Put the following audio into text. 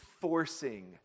forcing